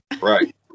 Right